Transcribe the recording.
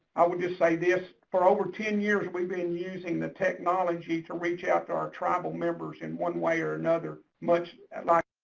i would just say this for over ten years we've been using the technology to reach out to our tribal members in one way or another. much like,